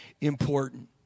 important